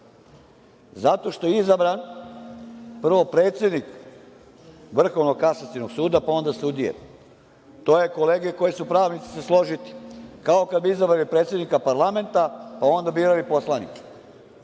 Zato što je izabran prvo predsednik Vrhovnog kasacionog suda, pa onda sudije. To je, kolege pravnici će se složiti, kao kad bi izabrali predsednika parlamenta, pa onda birali poslanike.